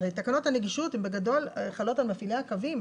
הרי תקנות הנגישות הן בגדול חלות על מפעילי הקווים.